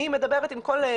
אני מדברת עם כל,